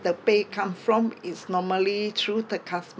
the pay come from is normally through the customer